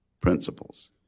principles